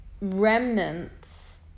remnants